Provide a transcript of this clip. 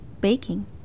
baking